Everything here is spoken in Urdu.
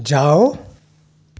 جاؤ